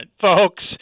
folks